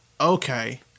okay